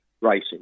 racing